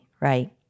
right